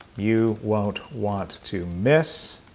you wont' want to miss!